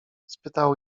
spytał